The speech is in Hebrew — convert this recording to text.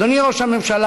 אדוני ראש הממשלה,